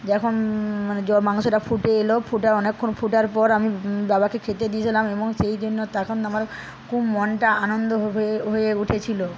যখন মানে মাংসটা ফুটে এলো ফুটে অনেকক্ষণ ফোটার পর আমি বাবাকে খেতে দিয়েছিলাম এবং সেইদিনও তখন আমার খুব মনটা আনন্দ হয়ে হয়ে উঠেছিল